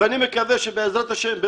ואני מקווה שבעזרת השם,